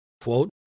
quote